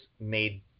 made